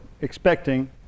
expecting